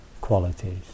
qualities